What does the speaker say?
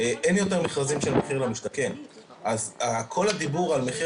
אין יותר מכרזים של מחיר למשתכן אז כל הדיבור על מחיר